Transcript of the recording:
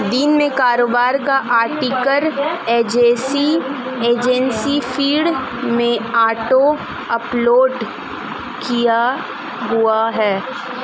दिन में कारोबार का आर्टिकल एजेंसी फीड से ऑटो अपलोड हुआ है